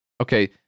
okay